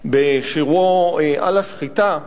בשירו "על השחיטה";